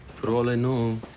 for all i know,